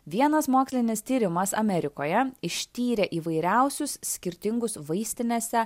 vienas mokslinis tyrimas amerikoje ištyrė įvairiausius skirtingus vaistinėse